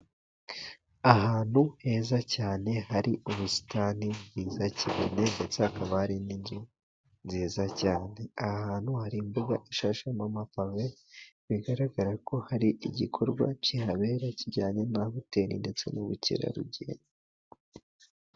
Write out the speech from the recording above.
Ahantu heza cyane hari ubusitani bwiza cyane, ndetse hakaba hari n'inzu nziza cyane, aha hantu hari imbuga ishashemo ama pave, bigaragara ko hari igikorwa kihabera kijyanye na hoteli ndetse n'ubukerarugendo.